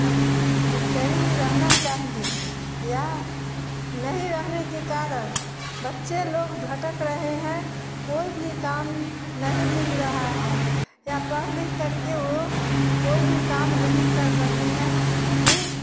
factory रहना चाहिए या नहीं रहने के कारण बच्चे लोग भटक रहे हैं कोई भी काम नहीं मिल रहा है क्या पढ़ लिख करके वे कोई भी काम नहीं कर रहे हैं कि